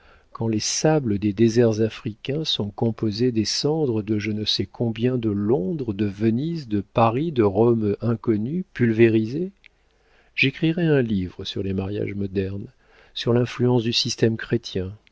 quand les sables des déserts africains sont composés des cendres de je ne sais combien de londres de venise de paris de rome inconnues pulvérisées j'écrirais un livre sur les mariages modernes sur l'influence du